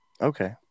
okay